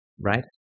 right